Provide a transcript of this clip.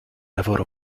lavoro